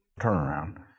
turnaround